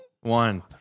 One